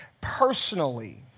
personally